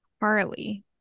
Harley